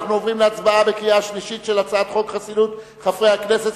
אנחנו עוברים להצבעה בקריאה שלישית על הצעת חוק חסינות חברי הכנסת,